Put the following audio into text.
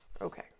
Okay